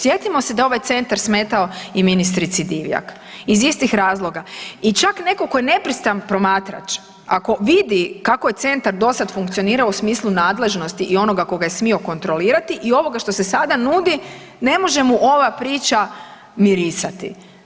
Sjetimo se da je ovaj centar smetao i ministrici Divjak iz istih razloga i čak nekko ko je nepristran promatrač, ako vidi kako je centar do sad funkcionirao u smislu nadležnosti i onoga ko ga je smio kontrolirati i ovoga što se sada nudi, ne može mu ova priča mirisati.